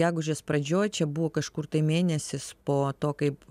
gegužės pradžioj čia buvo kažkur tai mėnesis po to kaip